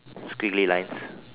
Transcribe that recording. squiggly lines